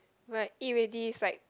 when I eat already it's like